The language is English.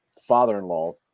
father-in-law